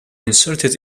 inserted